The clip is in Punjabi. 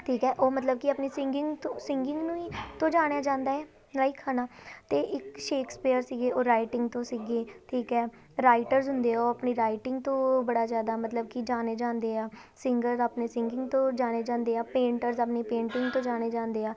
ਠੀਕ ਹੈ ਉਹ ਮਤਲਬ ਕਿ ਆਪਣੀ ਸਿੰਗਿੰਗ ਸਿੰਗਿੰਗ ਨੂੰ ਹੀ ਤੋਂ ਜਾਣਿਆ ਜਾਂਦਾ ਆ ਲਾਈਕ ਹੈ ਨਾ ਅਤੇ ਇੱਕ ਸ਼ੇਕਸਪੀਅਰ ਸੀਗੇ ਉਹ ਰਾਈਟਿੰਗ ਤੋਂ ਸੀਗੇ ਠੀਕ ਹੈ ਰਾਈਟਰਸ ਹੁੰਦੇ ਉਹ ਆਪਣੀ ਰਾਈਟਿੰਗ ਤੋਂ ਬੜਾ ਜ਼ਿਆਦਾ ਮਤਲਬ ਕਿ ਜਾਣੇ ਜਾਂਦੇ ਆ ਸਿੰਗਰ ਆਪਣੇ ਸਿੰਗਿੰਗ ਤੋਂ ਜਾਣੇ ਜਾਂਦੇ ਆ ਪੇਂਟਰਜ਼ ਆਪਣੀ ਪੇਂਟਿੰਗ ਤੋਂ ਜਾਣੇ ਜਾਂਦੇ ਆ